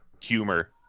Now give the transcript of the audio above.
humor